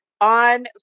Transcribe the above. on